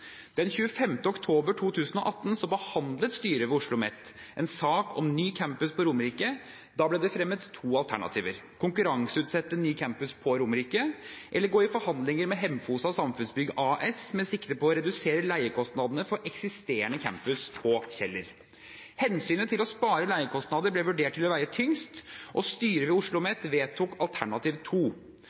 oktober 2018 behandlet styret ved OsloMet en sak om ny campus på Romerike. Da ble det fremmet to alternativer: konkurranseutsette ny campus på Romerike eller gå i forhandlinger med Hemfosa Samfunnsbygg AS med sikte på å redusere leiekostnadene for eksisterende campus på Kjeller. Hensynet til å spare leiekostnader ble vurdert til å veie tyngst, og styret ved